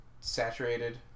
saturated